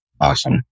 Awesome